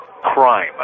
crime